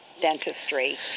dentistry